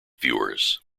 viewers